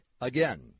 Again